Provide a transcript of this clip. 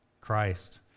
Christ